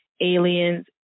aliens